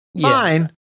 fine